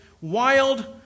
wild